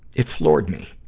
it floored me.